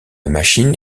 machine